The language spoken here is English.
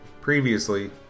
previously